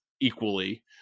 equally